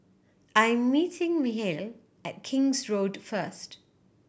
I'm meeting Michel at King's Road first